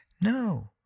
No